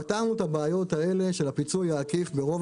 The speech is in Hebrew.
פתרנו את הבעיות האלה של הפיצוי העקיף ברוב